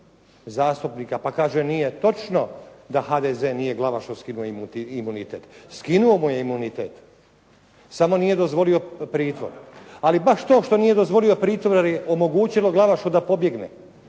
pa kaže nije točno da HDZ nije Glavašu skinuo imunitet. Skinuo mu je imunitet, samo nije dozvolio pritvor. Ali baš to što nije dozvolio pritvor je omogućilo Glavašu da pobjegne.